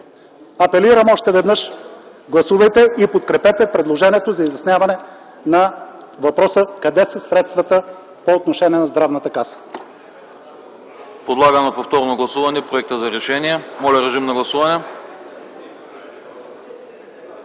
Апелирам още веднъж: гласувайте и подкрепете предложението за изясняване на въпроса: къде са средствата по отношение на Здравната каса?